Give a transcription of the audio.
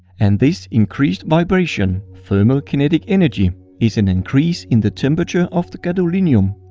and this increased vibration thermal kinetic energy is an increase in the temperature of the gadolinium.